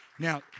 Now